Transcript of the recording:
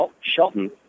Shelton